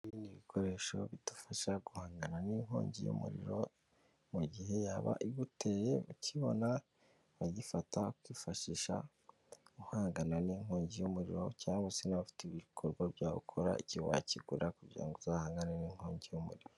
Ibi ni ibikoresho bidufasha guhangana n'inkongi y'umuriro, mu gihe yaba iguteye ukakibona, uragifata ukifashisha uhangana n'inkongi y'umuriro cyangwa se niba ufite ibikorwa byawe ukora, iki wakigura kugira ngo uzahangane n'inkongi y'umuriro.